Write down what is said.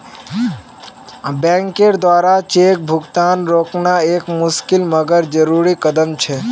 बैंकेर द्वारा चेक भुगतान रोकना एक मुशिकल मगर जरुरी कदम छे